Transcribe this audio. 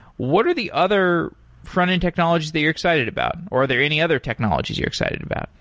what are the other frontend technologies that you're excited about, or are there any other technologies you're excited about?